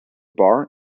bar